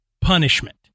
punishment